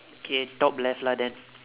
okay top left lah then